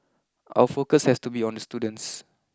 our focus has to be on the students